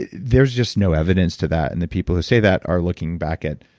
there's just no evidence to that, and the people who say that are looking back at